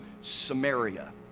Samaria